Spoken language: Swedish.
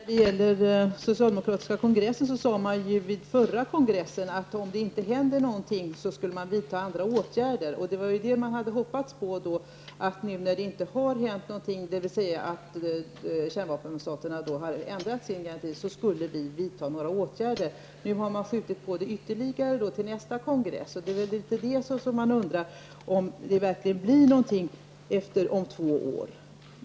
Herr talman! Socialdemokraterna sade vid sin förra partikongress att man, om det inte hände någonting, skulle vidta andra åtgärder. Jag hade då hoppats på att vi nu skulle vidta åtgärder, eftersom det inte har hänt någonting, dvs. eftersom kärnvapenstaterna inte har ändrat sin garanti. Nu har man ytterligare skjutit på det till nästa kongress. Jag undrar därför om det verkligen kommer att hända någonting om två år.